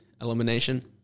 elimination